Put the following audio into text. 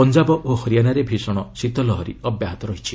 ପଞ୍ଜାବ ଓ ହରିୟାନାରେ ଭୀଷଣ ଶୀତଲହରୀ ଅବ୍ୟାହତ ରହିଛି